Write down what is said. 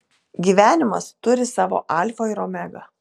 gyvenimas turi savo alfą ir omegą